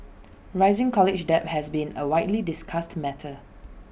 rising college debt has been A widely discussed matter